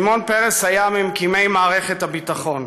שמעון פרס היה ממקימי מערכת הביטחון,